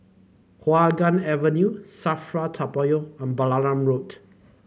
Hua Guan Avenue Safra Toa Payoh and Balam Road